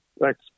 Thanks